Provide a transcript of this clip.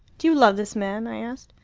do you love this man i asked.